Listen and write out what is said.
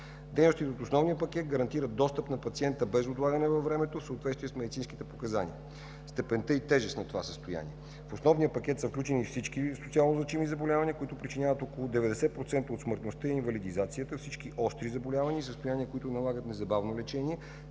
Дейностите от основния пакет гарантират достъп на пациента без отлагане във времето, в съответствие с медицинските показания – степента и тежестта на това състояние. В основния пакет са включени всички социално-значими заболявания, които причиняват около 90% от смъртността и инвалидизацията, всички остри заболявания и състояния, които налагат незабавно лечение,